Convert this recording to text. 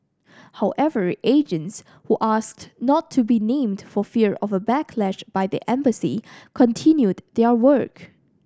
however agents who asked not to be named for fear of a backlash by the embassy continued their work